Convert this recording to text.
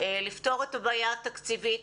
לפתור את הבעיה התקציבית,